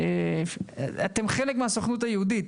אתם חלק מהסוכנות היהודית,